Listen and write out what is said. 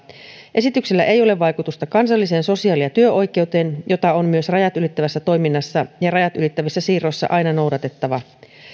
esityksellä ei ole vaikutusta kansalliseen sosiaali ja työoikeuteen jota on myös rajat ylittävässä toiminnassa ja rajat ylittävissä siirroissa aina noudatettava